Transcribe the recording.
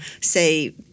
say